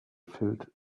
filled